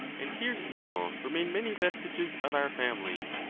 and here still remain many vestiges of our family.